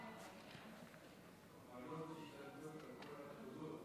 שלוש דקות לרשותך.